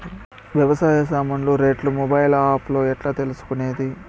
వ్యవసాయ సామాన్లు రేట్లు మొబైల్ ఆప్ లో ఎట్లా తెలుసుకునేది?